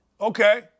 Okay